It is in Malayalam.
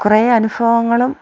കുറെ അനുഭവങ്ങളും